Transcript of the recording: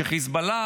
שחיזבאללה,